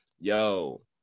yo